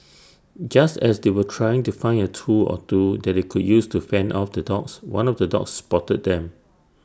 just as they were trying to find A tool or two that they could use to fend off the dogs one of the dogs spotted them